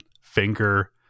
finger